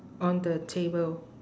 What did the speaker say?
on the table